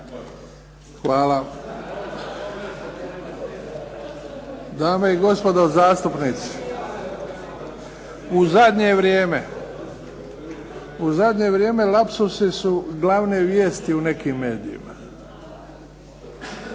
Hvala. Dame i gospodo zastupnici, u zadnje vrijeme lapsusi su glavne vijesti u nekim medijima.